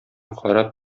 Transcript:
карап